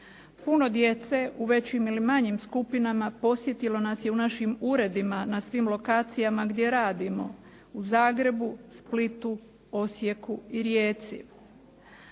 Puno djece u većim ili manjim skupinama posjetilo nas je u našim uredima na svim lokacijama gdje radimo u Zagrebu, Splitu, Osijeku i Rijeci.